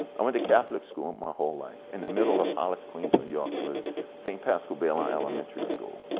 i went to catholic school my whole life, in the middle of hollis queens, new york. it was saint paschal baylon elementary school,